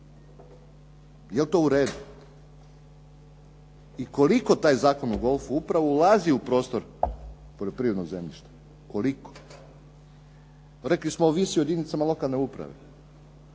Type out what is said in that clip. Je li to u redu? I koliko taj Zakon o golfu upravo ulazi u prostor poljoprivrednog zemljišta, koliko? Rekli smo ovisi o jedinicama lokalne uprave.